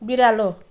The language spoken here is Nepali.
बिरालो